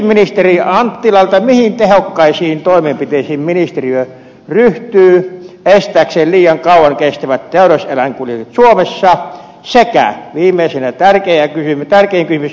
kysyisin ministeri anttilalta mihin tehokkaisiin toimenpiteisiin ministeriö ryhtyy estääkseen liian kauan kestävät teuraseläinkuljetukset suomessa sekä viimeisenä tärkein kysymys